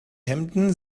hemden